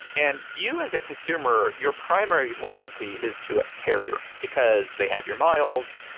and you as a consumer, your primary loyalty is to a carrier, because they have your miles,